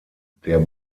der